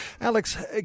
Alex